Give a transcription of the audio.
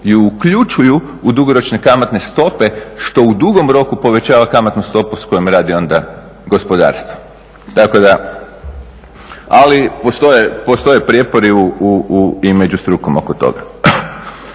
ju uključuju u dugoročne kamatne stope što u dugom roku povećava kamatnu stopu s kojom radi onda gospodarstvo, tako da. Ali postoje prijepori i među strukom oko toga.